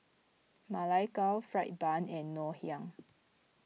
Ma Lai Gao Fried Bun and Ngoh Hiang